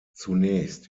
zunächst